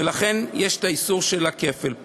ולכן יש איסור של כפל.